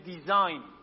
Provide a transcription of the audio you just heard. design